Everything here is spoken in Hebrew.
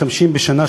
שמשתמשים בהם בשנה,